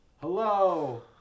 Hello